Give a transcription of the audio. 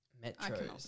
Metro